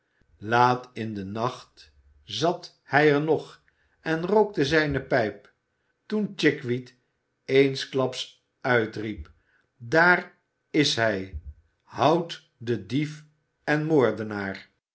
laat in den nacht zat hij er nog en rookte zijne pijp toen chickweed eensklaps uitriep daar olivier twist is hij houdt den dief en moordenaar